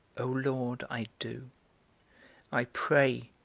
o lord, i do i pray,